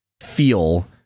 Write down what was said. feel